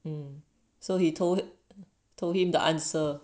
um so he told told him the answer